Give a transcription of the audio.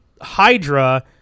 Hydra